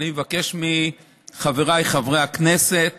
אני מבקש מחבריי חברי הכנסת